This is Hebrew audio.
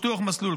שטוח מסלול,